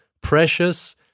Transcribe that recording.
precious